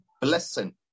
blessing